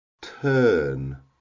turn